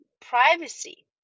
privacy